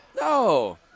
No